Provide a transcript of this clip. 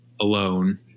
alone